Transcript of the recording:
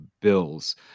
bills